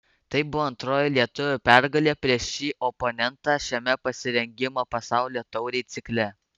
tai buvo antroji lietuvių pergalė prieš šį oponentą šiame pasirengimo pasaulio taurei cikle